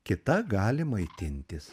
kita gali maitintis